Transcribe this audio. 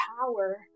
power